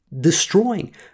destroying